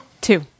Two